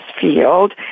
field